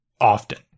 often